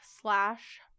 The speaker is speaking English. slash